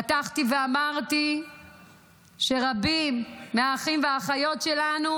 פתחתי ואמרתי שרבים מהאחים והאחיות שלנו